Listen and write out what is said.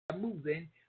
moving